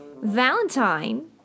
Valentine